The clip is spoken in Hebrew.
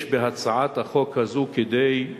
יש בהצעת החוק הזאת כדי,